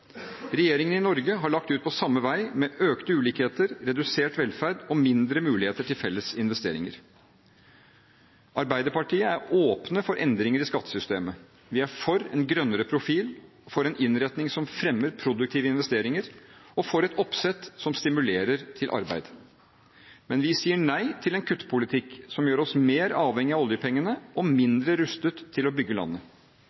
Regjeringen i Norge har lagt ut på samme vei, med økte ulikheter, redusert velferd og mindre muligheter til felles investeringer. Arbeiderpartiet er åpen for endringer i skattesystemet. Vi er for en grønnere profil, for en innretning som fremmer produktive investeringer, og for et oppsett som stimulerer til arbeid. Men vi sier nei til en kuttpolitikk som gjør oss mer avhengige av oljepengene og